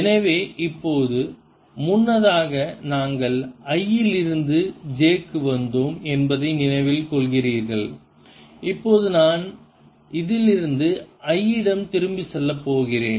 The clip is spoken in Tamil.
எனவே இப்போது முன்னதாக நாங்கள் i இல் இருந்து j க்கு வந்தோம் என்பதை நினைவில் கொள்கிறீர்கள் இப்போது நான் இதிலிருந்து i இடம் திரும்பிச் செல்லப் போகிறேன்